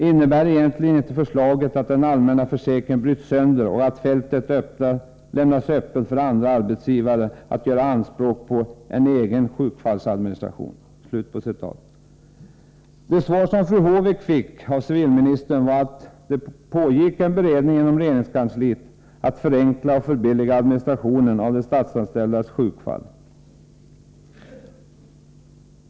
Innebär egentligen inte förslaget att den allmänna försäkringen bryts sönder och att fältet lämnas öppet för andra arbetsgivare ——-- att göra anspråk på en egen sjukfallsadministration?” Det svar som fru Håvik fick av civilministern var att det pågick en beredning inom regeringskansliet om att förenkla och förbilliga administrationen av de statsanställdas sjukfall.